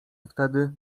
wtedy